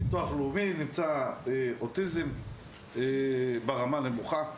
ביטוח לאומי נמצא אוטיזם ברמה נמוכה.